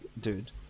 dude